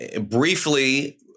briefly